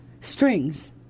strings